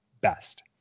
best